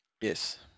Yes